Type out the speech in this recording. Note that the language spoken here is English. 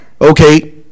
okay